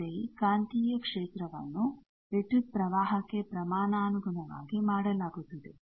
ಅಂತೆಯೇ ಕಾಂತೀಯ ಕ್ಷೇತ್ರವನ್ನು ವಿದ್ಯುತ್ ಪ್ರವಾಹಕ್ಕೆ ಪ್ರಮಾಣಾನುಗುಣವಾಗಿ ಮಾಡಲಾಗುತ್ತದೆ